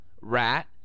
Rat